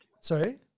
Sorry